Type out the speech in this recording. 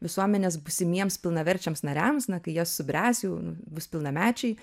visuomenės būsimiems pilnaverčiams nariams na kai jie subręs jau bus pilnamečiai